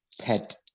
pet